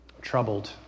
troubled